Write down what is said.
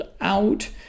out